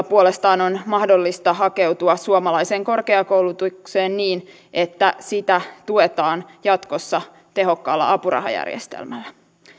puolestaan on mahdollista hakeutua suomalaiseen korkeakoulutukseen niin että sitä tuetaan jatkossa tehokkaalla apurahajärjestelmällä